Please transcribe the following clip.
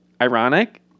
ironic